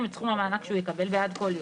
את סכום המענק שהוא יקבל בעד כל יום.